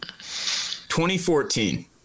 2014